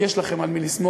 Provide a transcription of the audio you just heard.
יש לכם על מי לסמוך.